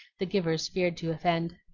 the givers feared to offend